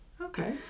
Okay